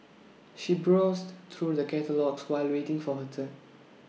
she browsed through the catalogues while waiting for her turn